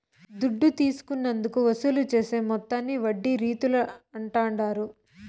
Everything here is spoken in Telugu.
దుడ్డు తీసుకున్నందుకు వసూలు చేసే మొత్తాన్ని వడ్డీ రీతుల అంటాండారు